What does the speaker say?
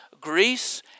Greece